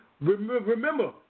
remember